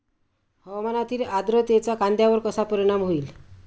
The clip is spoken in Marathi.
हवामानातील आर्द्रतेचा कांद्यावर कसा परिणाम होईल?